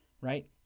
right